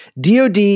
DOD